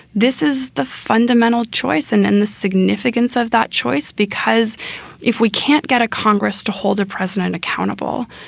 this is the fundamental choice. and then the significance of that choice, because if we can't get a congress to hold the president accountable,